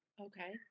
Okay